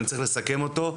ואני צריך לסכם אותו,